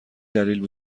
دلیل